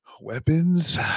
weapons